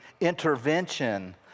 intervention